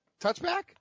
touchback